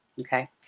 okay